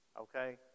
Okay